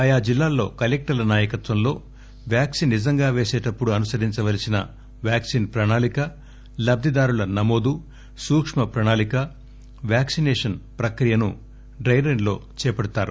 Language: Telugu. ఆయా జిల్లాల్లో కలెక్టర్ల నాయకత్వంలో వ్యాక్సిన్ నిజంగా పేసేటప్పుడు అనుసరించవలసిన వ్యాక్సిస్ ప్రణాళిక లబ్దిదారుల నమోదు సూక్క ప్రణాళిక వ్యాక్పినేషన్ ప్రక్రియను డై రన్ లో చేపడతారు